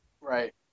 Right